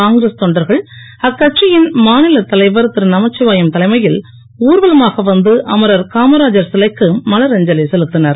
காங்கிரஸ் தொண்டர்கள் அக்கட்சியின் மாநிலத் தலைவர் திரு நமச்சிவாயம் தலைமையில் ஊர்வலமாக வந்து அமரர் காமராஜர் சிலைக்கு மலர் அஞ்சலி செலுத்தினர்